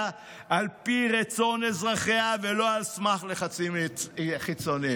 על פי רצון אזרחיה ולא על סמך לחצים חיצוניים.